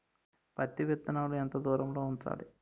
పత్తి విత్తనాలు ఎంత దూరంలో ఉంచాలి?